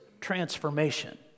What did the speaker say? transformation